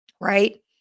right